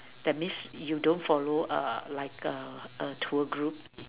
that means you don't follow a like a tour group